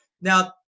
now